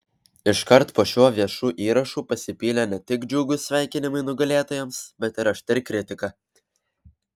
iškart po šiuo viešu įrašu pasipylė ne tik džiugūs sveikinimai nugalėtojams bet ir aštri kritika